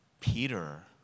Peter